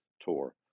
tour